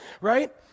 Right